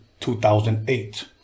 2008